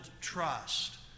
trust